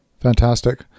Fantastic